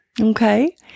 Okay